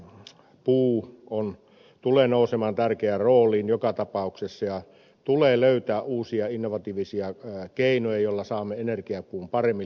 energiapuu tulee nousemaan tärkeään rooliin joka tapauksessa ja tulee löytää uusia innovatiivisia keinoja joilla saamme energiapuun paremmin liikkeelle